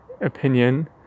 opinion